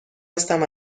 هستم